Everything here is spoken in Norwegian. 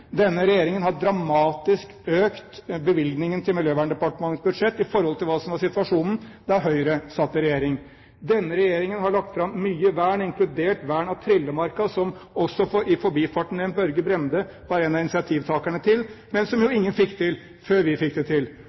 Denne regjeringen har dramatisk økt bevilgningen til Miljøverndepartementets budsjett i forhold til hva som var situasjonen da Høyre satt i regjering. Denne regjeringen har lagt fram mye vern, inkludert vern av Trillemarka, som også – igjen i forbifarten – Børge Brende var en av initiativtakerne til, men som jo ingen fikk til, før vi fikk det til.